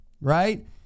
right